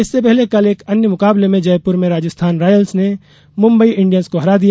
इससे पहले कल एक अन्य मुकाबले में जयपुर में राजस्थान रॉयल्स ने मुंबई इंडियंस को हरा दिया